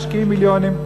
משקיעים מיליונים.